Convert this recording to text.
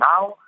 Now